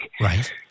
Right